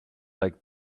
like